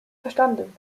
verstanden